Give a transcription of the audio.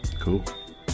Cool